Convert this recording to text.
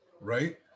Right